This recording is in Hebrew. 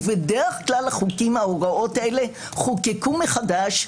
ובדרך כלל החוקים וההוראות האלה חוקקו מחדש,